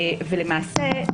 ולמעשה,